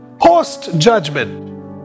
post-judgment